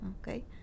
Okay